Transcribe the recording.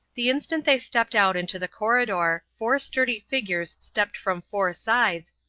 the instant they stepped out into the corridor four sturdy figures stepped from four sides,